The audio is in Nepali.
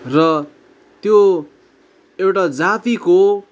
र त्यो एउटा जातिको